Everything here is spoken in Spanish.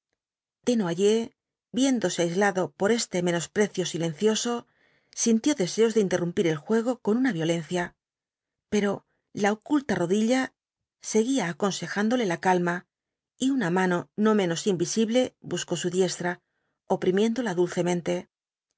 la partida desnoyers viéndose aislado por este menosprecio silencioso sintió deseos de interrumpir el juego con una violencia pero la oculta rodilla seguía aconsejándole la calma y una mano no menos invisible buscó sa diestra oprimiéndola dulcemente